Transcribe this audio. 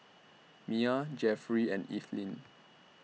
Mia Jeffrey and Ethyle